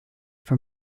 for